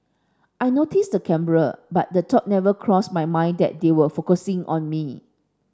I noticed the camera but the thought never crossed my mind that they were focusing on me